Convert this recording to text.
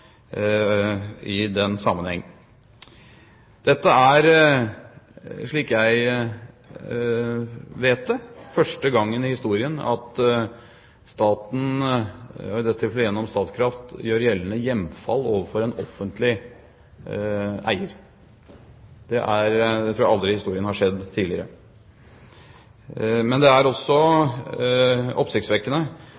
i den sammenheng. Dette er, så vidt jeg vet, første gang i historien at staten, i dette tilfellet gjennom Statkraft, gjør gjeldende hjemfall overfor en offentlig eier. Det tror jeg aldri i historien har skjedd tidligere. Det er også